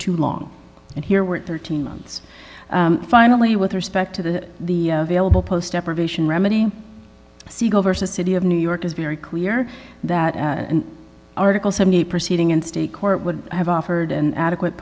too long and here were thirteen months finally one respect to the the available post deprivation remedy siegel versus city of new york is very clear that article seventy proceeding in state court would have offered an adequate